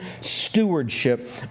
stewardship